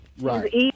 Right